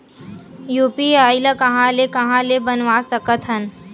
UPI ल कहां ले कहां ले बनवा सकत हन?